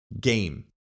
game